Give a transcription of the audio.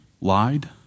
lied